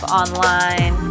online